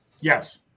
Yes